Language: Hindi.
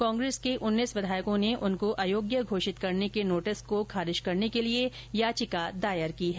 कांग्रेस के उन्नीस विधायकों ने उनको अयोग्य घोषित करने के नोटिस को खारिज करने के लिए याचिका दायर की है